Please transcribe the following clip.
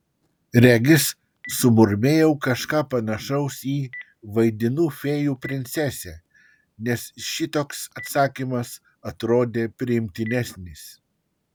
regis sumurmėjau kažką panašaus į vaidinu fėjų princesę nes šitoks atsakymas atrodė priimtinesnis